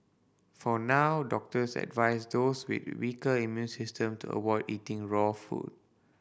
for now doctors advise those with weaker immune systems to avoid eating raw food